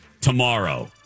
Tomorrow